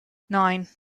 nine